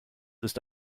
ist